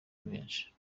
benshi